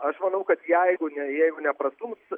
aš manau kad jeigu ne jeigu neprastums